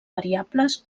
variables